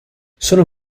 sono